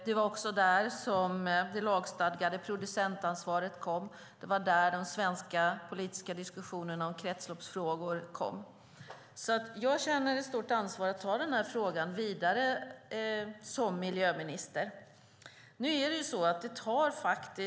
Det var efter det som det lagstadgade producentansvaret kom. Det var då den svenska politiska diskussionen om kretsloppsfrågor kom i gång. Jag känner alltså som miljöminister ett stort ansvar för att föra frågan vidare.